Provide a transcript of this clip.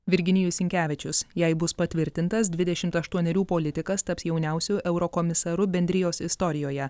virginijus sinkevičius jei bus patvirtintas dvidešimt aštuonerių politikas taps jauniausiu eurokomisaru bendrijos istorijoje